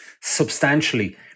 substantially